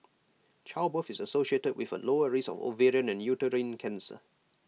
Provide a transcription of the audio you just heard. childbirth is associated with A lower risk of ovarian and uterine cancer